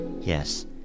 Yes